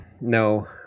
No